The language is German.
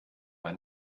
war